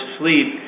sleep